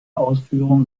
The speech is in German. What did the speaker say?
ausführung